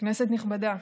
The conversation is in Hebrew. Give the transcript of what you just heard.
כנסת נכבדה,